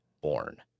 born